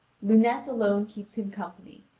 lunete alone keeps him company,